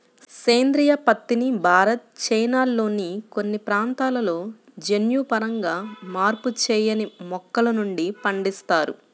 సేంద్రీయ పత్తిని భారత్, చైనాల్లోని కొన్ని ప్రాంతాలలో జన్యుపరంగా మార్పు చేయని మొక్కల నుండి పండిస్తారు